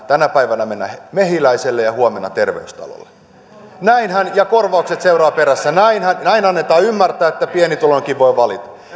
tänä päivänä mennä mehiläiselle ja huomenna terveystalolle ja korvaukset seuraavat perässä näin näin annetaan ymmärtää että pienituloinenkin voi valita